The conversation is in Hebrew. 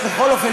בכל אופן,